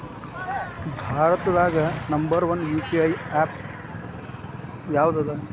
ಭಾರತದಾಗ number one UPI app ಯಾವದದ